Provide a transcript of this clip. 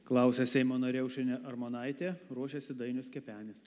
klausia seimo narė aušrinė armonaitė ruošiasi dainius kepenis